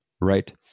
right